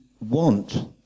want